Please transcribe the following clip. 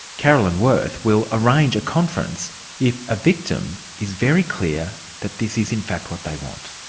carolyn worth will arrange a conference if a victim is very clear that this is in fact what they want.